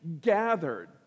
gathered